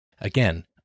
Again